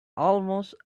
almost